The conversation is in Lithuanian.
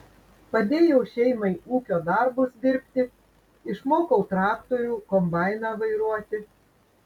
padėjau šeimai ūkio darbus dirbti išmokau traktorių kombainą vairuoti